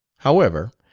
however,